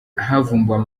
havumbuwe